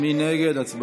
מי נגד?